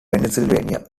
pennsylvania